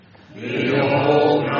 Behold